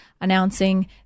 announcing